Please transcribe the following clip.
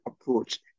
approach